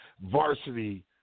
varsity